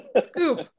Scoop